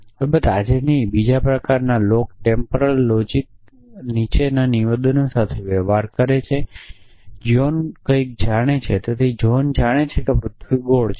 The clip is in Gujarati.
અલબત્ત આજે નહીં બીજા પ્રકારનાં લોગ ટેમ્પોરલ લોજિક્સ નીચેના નિવેદનો સાથે વ્યવહાર કરે છે કે જ્હોન કંઈક જાણે છે તેથી જ્હોન જાણે છે કે પૃથ્વી ગોળ છે